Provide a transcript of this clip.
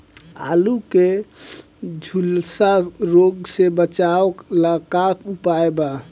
आलू के झुलसा रोग से बचाव ला का उपाय बा?